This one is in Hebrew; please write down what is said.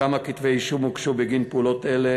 כמה כתבי אישום הוגשו בגין פעולות אלה,